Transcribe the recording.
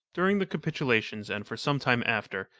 during the capitulation and for some time after,